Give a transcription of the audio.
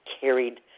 carried